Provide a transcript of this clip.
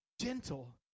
gentle